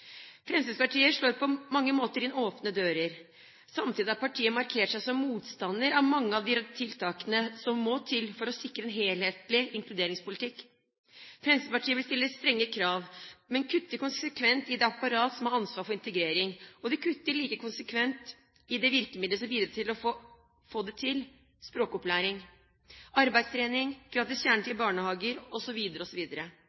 Fremskrittspartiet slår på mange måter inn åpne dører. Samtidig har partiet markert seg som en motstander av mange av de tiltakene som må til for å sikre en helhetlig inkluderingspolitikk. Fremskrittspartiet vil stille strenge krav, men kutter konsekvent i det apparatet som har ansvar for integrering, og de kutter like konsekvent i de virkemidlene som skal bidra til å få det til – språkopplæring, arbeidstrening,